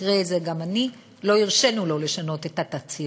במקרה זה גם אני, לא הרשינו לו לשנות את התצהיר.